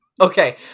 Okay